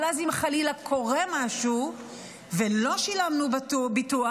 אבל אז אם חלילה קורה משהו ולא שילמנו ביטוח,